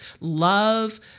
love